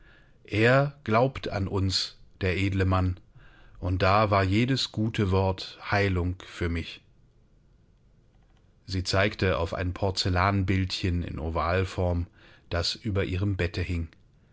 er glaubt an uns der edle mann und da war jedes gute wort heilung für mich sie zeigte auf ein porzellanbildchen in ovalform das über ihrem bette hing